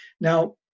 now